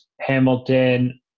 Hamilton